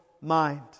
mind